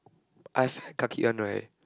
I felt kaki one right